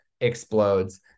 explodes